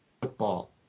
football